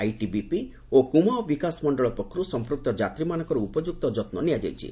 ITBP ଓ କୁମାଓଁ ବିକାଶ ମଣ୍ଡଳ ପକ୍ଷରୁ ସଂପୃକ୍ତ ଯାତ୍ରୀମାନଙ୍କର ଉପଯୁକ୍ତ ଯତ୍ନ ନିଆଯାଇଛି